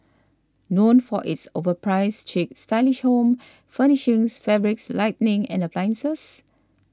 known for its overpriced chic stylish home furnishings fabrics lighting and appliances